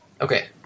Okay